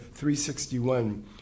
361